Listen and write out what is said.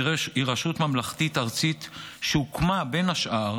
היא רשות ממלכתית-ארצית שהוקמה בין השאר